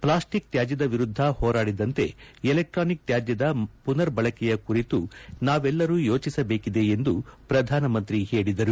plastic ತ್ಯಾಜದ ವಿರುದ್ದ ಹೋರಾಡಿದಂತೆ ಎಲೆಕ್ಟಾನಿಕ್ ತ್ಯಾಜದ ಪುನರ್ಬಳಕೆಯ ಕುರಿತು ನಾವೆಲ್ಲರೂ ಯೋಚಿಸಬೇಕಿದೆ ಎಂದು ಪ್ರಧಾನಮಂತ್ರಿ ಹೇಳಿದರು